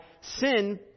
sin